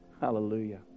Hallelujah